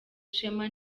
ishema